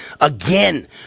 again